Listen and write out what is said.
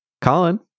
Colin